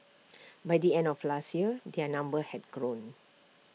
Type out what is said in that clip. by the end of last year their number had grown